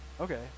okay